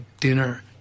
dinner